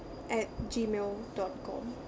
at gmail dot com